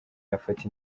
yafata